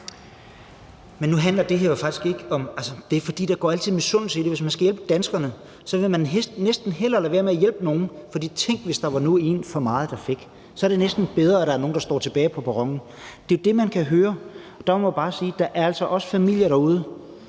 Men nu handler det her jo faktisk ikke om det, og der går altid misundelse i det. Hvis man skal hjælpe danskerne, vil man næsten hellere lade være med at hjælpe nogen, for tænk, hvis der nu var en for meget, der fik. Så er det næsten bedre, at der er nogen, der står tilbage på perronen. Det er jo det, man kan høre. Der må man altså også bare sige, at der er familier derude,